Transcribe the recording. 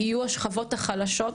יהיו השכבות החלשות,